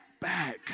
back